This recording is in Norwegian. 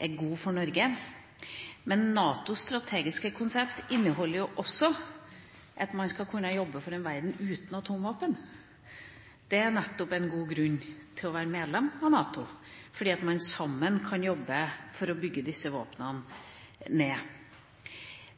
god for Norge. Men NATOs strategiske konsept inneholder også at man skal kunne jobbe for en verden uten atomvåpen. Det er nettopp en god grunn til å være medlem av NATO, fordi man sammen kan jobbe for å bygge ned disse våpnene.